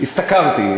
השתכרתי,